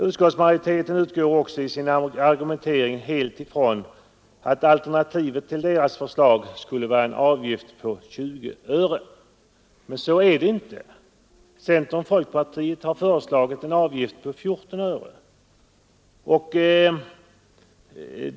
Utskottsmajoriteten utgår också i sin argumentering helt från att alternativet till dess förslag skulle vara en avgift på 20 öre, men så är det inte. Centern och folkpartiet har föreslagit en avgift på 14 öre.